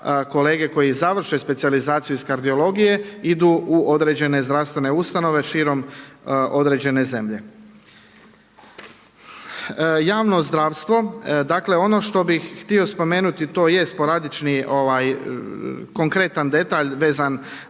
kolege koji završe specijalizaciju iz kardiologije idu u određene zdravstvene ustanove širom određene zemlje. Javno zdravstvo. Dakle, ono što bih htio spomenuti to jest sporadični, konkretan detalj veza